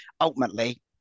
ultimately